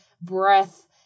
breath